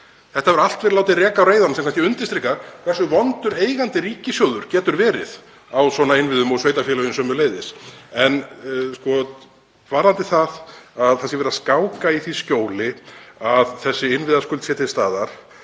þetta hefur allt verið látið reka á reiðanum, sem undirstrikar kannski hversu vondur eigandi ríkissjóður getur verið á svona innviðum og sveitarfélög sömuleiðis. En varðandi það að verið sé að skáka í því skjóli að þessi innviðaskuld sé til staðar